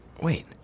Wait